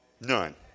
None